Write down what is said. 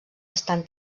estan